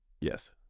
Yes